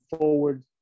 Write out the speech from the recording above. forward